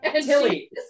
Tilly